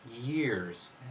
years